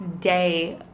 day